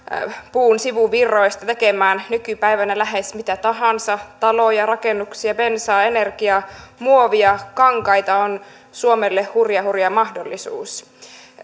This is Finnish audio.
puun sivuvirroista tekemään nykypäivänä lähes mitä tahansa taloja rakennuksia bensaa energiaa muovia kankaita on suomelle hurja hurja mahdollisuus